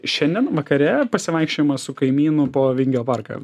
šiandien vakare pasivaikščiojimas su kaimynu po vingio parką